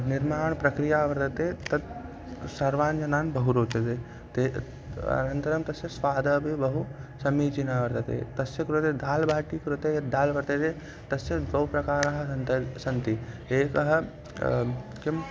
निर्माणप्रक्रिया वर्तते तत् सर्वान् जनान् बहु रोचते ते अनन्तरं तस्य स्वादपि बहु समीचीनं वर्तते तस्य कृते दाल् बाटी कृते यद् दाल् वर्तते तस्य बहुप्रकाराः सन्ति सन्ति एकः किम्